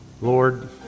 Lord